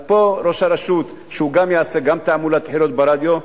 פה אם ראש הרשות יעשה גם תעמולת בחירות ברדיו,